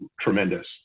tremendous